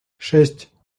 шесть